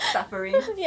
suffering